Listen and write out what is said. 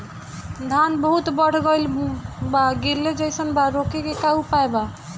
धान बहुत बढ़ गईल बा गिरले जईसन बा रोके क का उपाय बा?